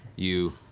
you